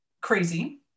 crazy